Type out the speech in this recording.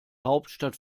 hauptstadt